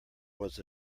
was